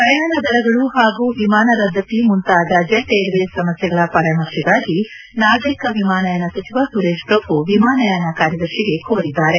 ಪ್ರಯಾಣ ಹಾಗೂ ವಿಮಾನ ರದ್ದತಿ ಮುಂತಾದ ಜೆಟ್ ಏರ್ವೇಸ್ ಸಮಸ್ಯೆಗಳ ಪರಾಮರ್ಶೆಗಾಗಿ ನಾಗರಿಕ ವಿಮಾನಯಾನ ಸಚಿವ ಸುರೇಶ್ ಪ್ರಭು ವಿಮಾನಯಾನ ಕಾರ್ಯದರ್ಶಿಗೆ ಕೋರಿದ್ದಾರೆ